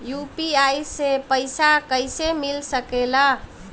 UPI से पइसा कईसे मिल सके ला?